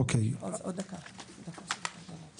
אוקיי, אז אנחנו נעבור עוד איזה שהוא סעיף.